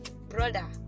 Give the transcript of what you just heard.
brother